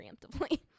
preemptively